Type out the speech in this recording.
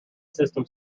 system